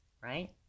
right